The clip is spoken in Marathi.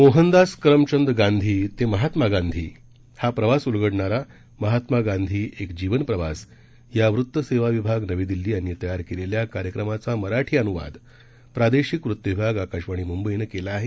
मोहनदास करमचंद गांधी ते महात्मा गांधी हा प्रवास उलगडणारा महात्मा गांधी एक जीवन प्रवास या वृत सेवा विभाग नवी दिल्ली यांनी तयार केलेल्या कार्यक्रमाचा मराठी अन्वाद प्रादेशिक वृत्त विभाग आकाशवाणी मुंबईनं केला आहे